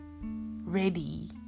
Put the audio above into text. ready